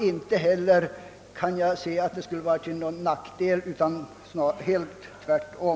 Inte heller kan jag se att det skulle vara till någon nackdel, utan tvärtom.